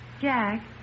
Jack